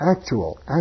Actual